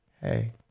hey